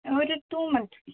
ഒരു two months